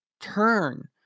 turn